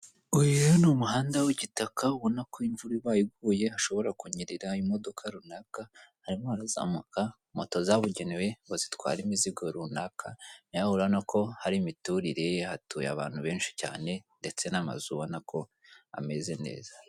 Uyu ni umuhanda w'igitaka ubona ko imvura ibaye iguye hashobora kunyerera imodoka runaka, harimo harazamuka moto zabugenewe ngo zitware imizigo runaka. Nawe urabona ko hari imiturire hatuye abantu benshi cyane ndetse n'amazu urabona ko ameze neza.